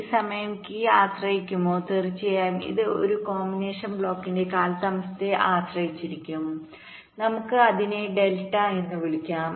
ഈ സമയം കീ ആശ്രയിക്കുമോ തീർച്ചയായും ഇത് ഈ കോമ്പിനേഷൻ ബ്ലോക്കിന്റെ കാലതാമസത്തെ ആശ്രയിച്ചിരിക്കും നമുക്ക് അതിനെ ഡെൽറ്റ എന്ന് വിളിക്കാം